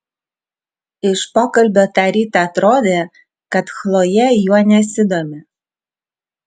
iš pokalbio tą rytą atrodė kad chlojė juo nesidomi